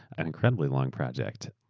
an incredibly long project.